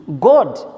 God